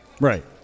right